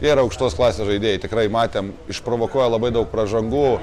nėr aukštos klasės žaidėjai tikrai matėm išprovokuoja labai daug pražangų